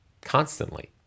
Constantly